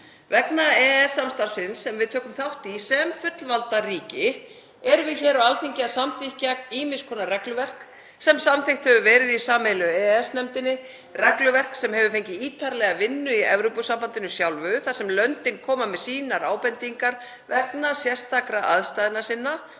Vegna EES-samstarfsins sem við tökum þátt í sem fullvalda ríki erum við hér á Alþingi að samþykkja ýmiss konar regluverk sem samþykkt hefur verið í sameiginlegu EES-nefndinni, regluverk sem hefur fengið ítarlega vinnu í Evrópusambandinu sjálfu þar sem löndin koma með sínar ábendingar vegna sérstakra aðstæðna sinna